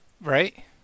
Right